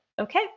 okay